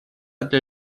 для